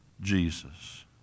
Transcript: Jesus